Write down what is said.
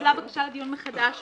התקבלה בקשה לדיון מחדש בהגדרה: